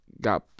got